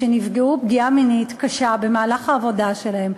שנפגעו פגיעה מינית קשה במהלך העבודה שלהן,